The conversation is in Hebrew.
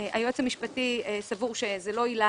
היועץ המשפטי לממשלה סבור שאין זו עילה